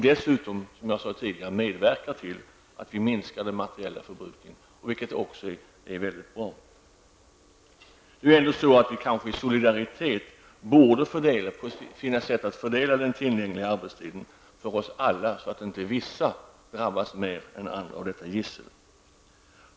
Det skulle dessutom medverka till att vi minskar den materiella förbrukningen, vilket är mycket bra. Av solidaritet borde vi försöka hitta ett sätt att fördela den tillgängliga arbetstiden, så att inte vissa drabbas mer än andra av detta gissel.